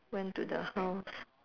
went to the house